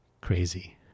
crazy